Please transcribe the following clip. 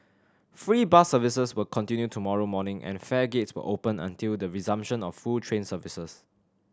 free bus services will continue tomorrow morning and fare gates will open until the resumption of full train services